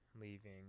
leaving